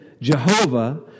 Jehovah